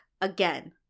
again